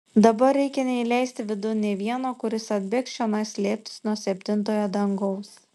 dabar reikia neįleisti vidun nė vieno kuris atbėgs čionai slėptis nuo septintojo dangaus